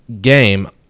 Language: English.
game